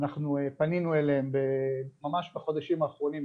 אנחנו פנינו אל הקשישים העריריים ממש בחודשים האחרונים,